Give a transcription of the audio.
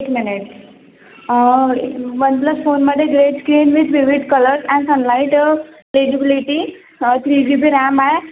एक minute um एक् OnePlus फोनमध्ये जे screen with vivid colours and sunlight visibility three G B RAM आहे